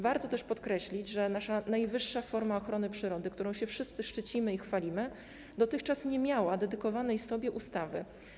Warto też podkreślić, że nasza najwyższa forma ochrony przyrody, którą się wszyscy szczycimy i chwalimy, dotychczas nie miała dedykowanej sobie ustawy.